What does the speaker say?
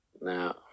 Now